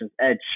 Edge